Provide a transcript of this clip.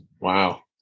Wow